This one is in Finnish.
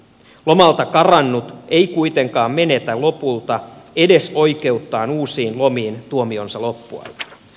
lomalta karannut ei kuitenkaan menetä lopulta edes oikeuttaan uusiin lomiin tuomionsa loppuaikana